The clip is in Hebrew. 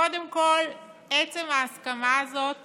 קודם כול, עצם ההסכמה הזאת